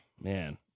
man